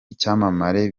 icyamamare